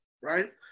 right